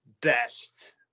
best